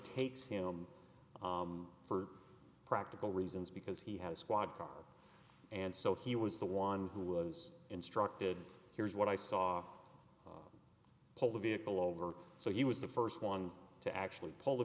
takes him for practical reasons because he has squad car and so he was the one who was instructed here's what i saw pull the vehicle over so he was the first ones to actually pull the